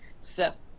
Seth